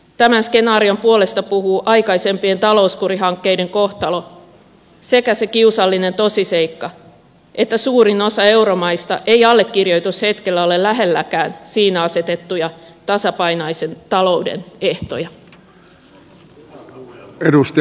tämän skenaarion puolesta puhuu aikaisempien talouskurihankkeiden kohtalo sekä se kiusallinen tosiseikka että suurin osa euromaista ei allekirjoitushetkellä ole lähelläkään siinä asetettuja tasapainoisen talouden ehtoja